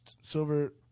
Silver